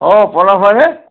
অঁ পলা হয়নে